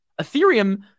Ethereum